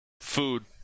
food